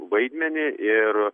vaidmenį ir